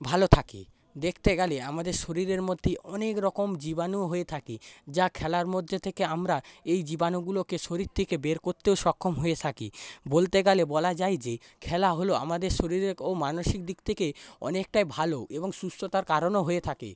ভালো থাকে দেখতে গেলে আমাদের শরীরের মধ্যেই অনেক রকম জীবাণু হয়ে থাকে যা খেলার মধ্যে থেকে আমরা এই জীবাণুগুলোকে শরীর থেকে বের করতেও সক্ষম হয়ে থাকি বলতে গেলে বলা যায় যে খেলা হল আমাদের শরীরের ও মানসিক দিক থেকে অনেকটাই ভালো এবং সুস্থতার কারণও হয়ে থাকে